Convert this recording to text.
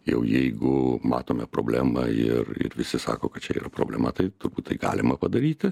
jau jeigu matome problemą ir ir visi sako kad čia yra problema tai turbūt tai galima padaryti